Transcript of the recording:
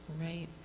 Right